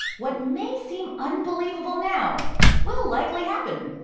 what may seem unbelievable now will likely happen.